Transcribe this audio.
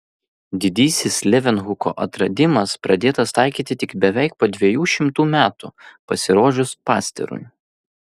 didysis levenhuko atradimas pradėtas taikyti tik beveik po dviejų šimtų metų pasirodžius pasterui